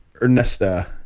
ernesta